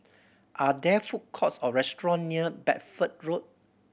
are there food courts or restaurant near Bedford Road